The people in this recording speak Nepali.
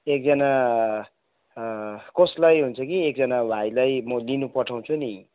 एकजना कसलाई हुन्छ कि एकजना भाइलाई म लिनु पठाउँछु नि